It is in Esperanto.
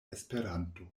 esperanto